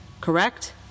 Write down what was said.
Correct